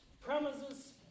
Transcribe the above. premises